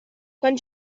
quan